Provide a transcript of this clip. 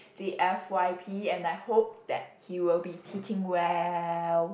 the F_y_P and I hope that he will be teaching well